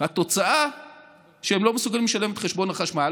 והתוצאה היא שהם לא מסוגלים לשלם את חשבון החשמל,